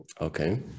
Okay